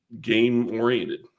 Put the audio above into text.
game-oriented